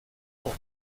pour